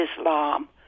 Islam